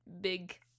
big